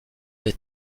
des